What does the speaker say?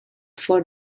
for